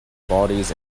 bodies